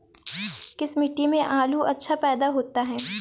किस मिट्टी में आलू अच्छा पैदा होता है?